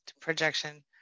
projection